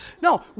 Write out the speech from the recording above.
No